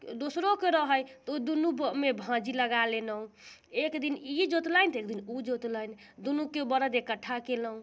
दोसरोके रहै तऽ उ दुनूमे भाँजी लगा लेनहुँ एक दिन ई जोतलनि तऽ एक दिन उ जोतलनि दुनूके बरद एकट्ठा केलहुँ